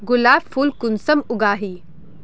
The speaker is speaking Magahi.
गुलाब फुल कुंसम उगाही?